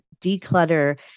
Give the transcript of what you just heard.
declutter